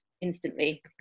instantly